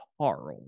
Carl